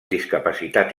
discapacitat